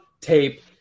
tape